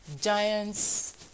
giants